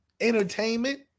entertainment